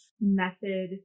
method